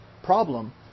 problem